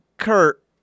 Kurt